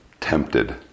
tempted